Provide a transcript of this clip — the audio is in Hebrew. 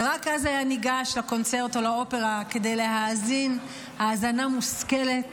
ורק אז היה ניגש לקונצרט או לאופרה כדי להאזין האזנה מושכלת,